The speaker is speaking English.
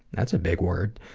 that's a big word.